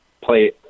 play